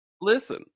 Listen